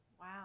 Wow